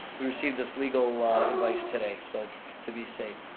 we received this legal advice today, so to be safe.